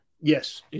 Yes